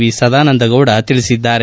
V Sadananda Gowda ಹೇಳಿದ್ದಾರೆ